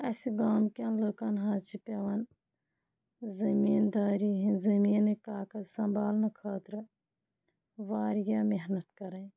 اَسہِ گامکٮ۪ن لُکَن حظ چھِ پیٚوان زٔمیٖندٲری ہِنٛدۍ زٔمیٖنٕکۍ کاغذ سنٛبھالنہٕ خٲطرٕ واریاہ محنت کَرٕنۍ